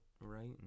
right